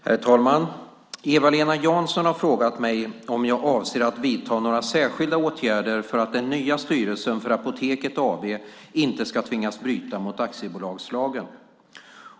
Herr talman! Eva-Lena Jansson har frågat mig om jag avser att vidta några särskilda åtgärder för att den nya styrelsen för Apoteket AB inte ska tvingas bryta mot aktiebolagslagen.